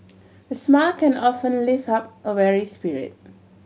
a smile can often lift up a weary spirit